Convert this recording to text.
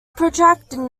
protracted